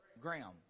Graham